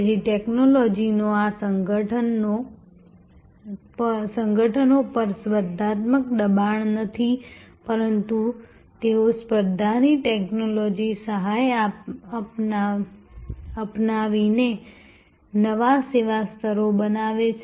તેથી ટેક્નોલોજીનો આ સંગઠનો પર સ્પર્ધાત્મક દબાણ નથી પરંતુ તેઓ સ્પર્ધાની ટેક્નોલોજી સહાય અપનાવીને નવા સેવા સ્તરો બનાવે છે